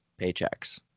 paychecks